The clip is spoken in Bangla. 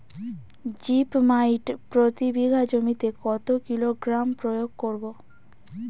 জিপ মাইট প্রতি বিঘা জমিতে কত কিলোগ্রাম প্রয়োগ করব?